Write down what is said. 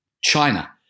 China